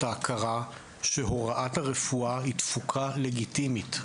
ההכרה שהוראת הרפואה היא תפוקה לגיטימית.